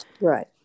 right